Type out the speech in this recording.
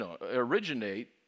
originate